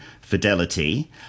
Fidelity